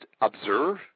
observe